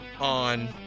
on